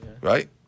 Right